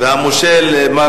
והמושל מר